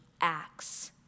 acts